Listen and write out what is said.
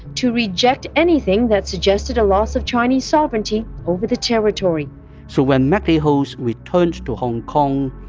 to reject anything that suggested a loss of chinese sovereignty over the territory so when maclehose returned to hong kong,